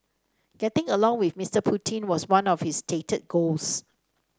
getting along with Mister Putin was one of his stated goals